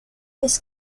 his